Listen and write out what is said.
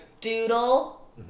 doodle